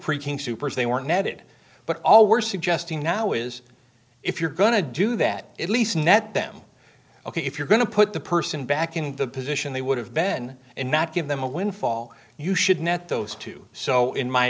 freaking supers they were netted but all we're suggesting now is if you're going to do that at least net them ok if you're going to put the person back in the position they would have ben and not give them a windfall you should net those two so in my